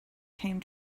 came